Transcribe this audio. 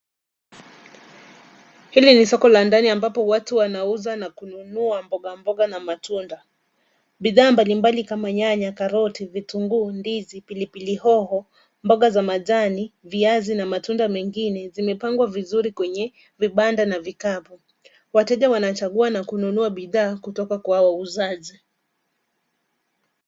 Hili ni soko la ndani ambapo watu wanauza na kununua mboga mboga na matunda. Bidhaa mbalimbali kama nyanya, karoti, vitunguu, ndizi, pilipili hoho, mboga za majani, viazi na matunda mengine zimepangwa vizuri kwenye vibanda na vikapu. Wateja wanachagua na kununua bidhaa kutoka kwa wauzaji.